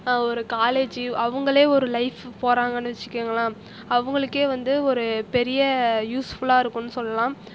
ஒரு காலேஜ் அவங்களே ஒரு லைஃப் போறாங்கன்னு வச்சுக்கோங்களேன் அவங்களுக்கே வந்து ஒரு பெரிய யூஸ்ஃபுல்லாக இருக்கும்னு சொல்லலாம்